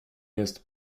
used